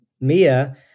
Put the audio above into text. Mia